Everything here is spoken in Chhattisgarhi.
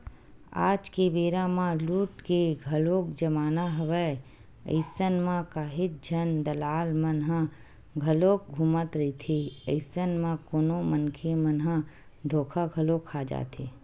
आज के बेरा म लूट के घलोक जमाना हवय अइसन म काहेच झन दलाल मन ह घलोक घूमत रहिथे, अइसन म कोनो मनखे मन ह धोखा घलो खा जाथे